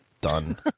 Done